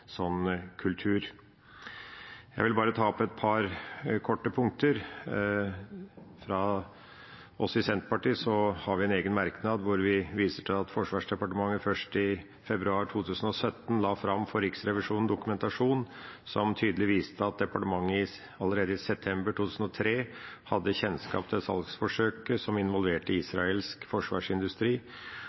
kultur. Jeg vil bare ta opp et par korte punkter. Senterpartiet har en egen merknad hvor vi viser til at Forsvarsdepartementet først i februar 2017 la fram for Riksrevisjonen dokumentasjon som tydelig viste at departementet allerede i september 2003 hadde kjennskap til salgsforsøket som involverte israelsk forsvarsindustri,